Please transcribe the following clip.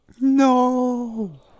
No